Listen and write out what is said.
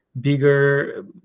bigger